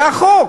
זה החוק.